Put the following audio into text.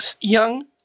young